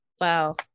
Wow